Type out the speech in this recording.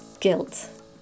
guilt